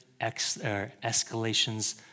escalations